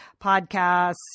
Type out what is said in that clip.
podcasts